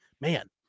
man